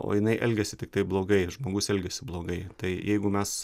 o jinai elgiasi tiktai blogai žmogus elgiasi blogai tai jeigu mes